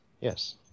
yes